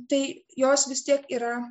tai jos vis tiek yra